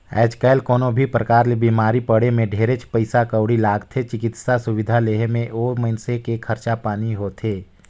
आयज कायल कोनो भी परकार ले बिमारी पड़े मे ढेरेच पइसा कउड़ी लागथे, चिकित्सा सुबिधा लेहे मे ओ मइनसे के खरचा पानी होथे